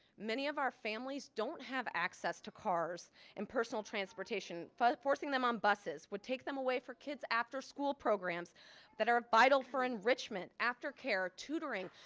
many of our families don't have access to cars and personal transportation. forcing them on buses would take them away for kids after school programs that are vital for enrichment aftercare tutoring.